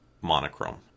monochrome